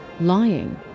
Lying